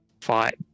fight